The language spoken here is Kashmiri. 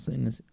سٲنِس